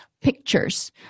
pictures